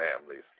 families